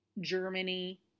Germany